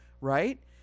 Right